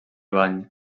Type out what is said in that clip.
bany